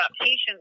patients